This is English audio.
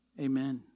Amen